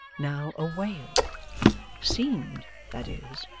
now a wail seemed, that is,